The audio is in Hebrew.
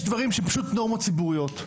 יש דברים שהם פשוט נורמות ציבוריות.